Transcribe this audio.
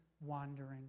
wandering